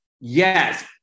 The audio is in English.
yes